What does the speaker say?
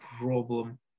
problem